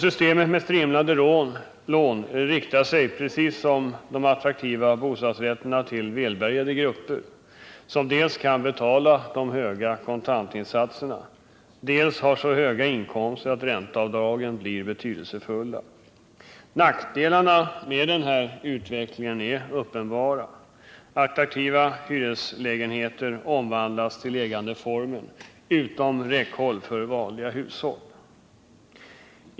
Systemet med strimlade lån riktar sig, precis som de attraktiva bostadsrätterna, till välbärgade grupper, som dels kan betala de höga kontantinsatserna, dels har så höga inkomster att ränteavdragen blir betydelsefulla. Nackdelarna med denna utveckling är uppenbara. Attraktiva hyreslägenheter omvandlas till ägandeformen — utom räckhåll för vanliga hushåll.